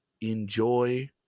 enjoy